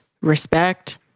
respect